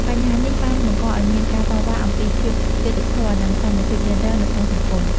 បញ្ហានេះបានបង្កឲ្យមានការតវ៉ាអំពីភាពយុត្តិធម៌និងសមភាពយេនឌ័រនៅក្នុងសង្គម។